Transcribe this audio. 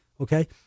Okay